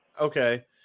Okay